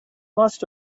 must